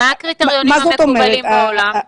מה הקריטריונים המקובלים בעולם?